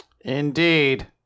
Indeed